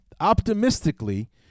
Optimistically